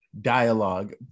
dialogue